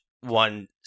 one